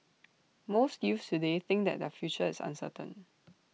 most youths today think that their future is uncertain